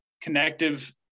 connective